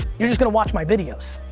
you're just going to watch my videos.